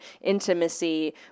intimacy